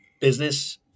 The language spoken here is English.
business